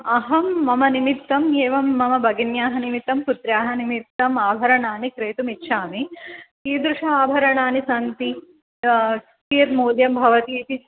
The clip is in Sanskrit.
अहं मम निमित्तम् एवं मम भगिन्याः निमित्तं पुत्र्याः निमित्तम् आभरणानि क्रेतुमिच्छामि कीदृश आभरणानि सन्ति कियद्मौल्यं भवतीति